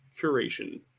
Curation